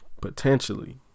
potentially